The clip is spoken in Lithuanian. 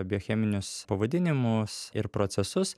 biocheminius pavadinimus ir procesus